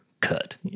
cut